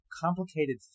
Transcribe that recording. complicated